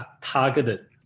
targeted